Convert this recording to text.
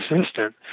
assistant